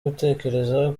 gutekereza